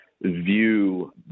view